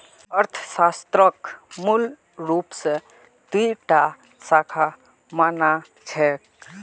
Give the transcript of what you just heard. अर्थशास्त्रक मूल रूपस दी टा शाखा मा न छेक